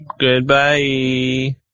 Goodbye